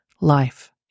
Life